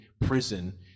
prison